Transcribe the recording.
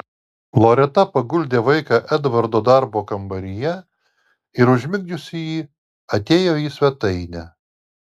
loreta paguldė vaiką edvardo darbo kambaryje ir užmigdžiusi jį atėjo į svetainę